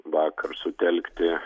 vakar sutelkti